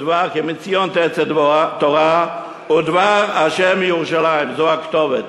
"כי מציון תצא תורה ודבר ה' מירושלם"; זו הכתובת.